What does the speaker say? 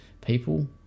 people